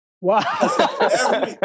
Wow